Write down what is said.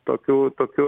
tokių tokių